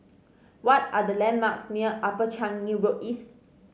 what are the landmarks near Upper Changi Road East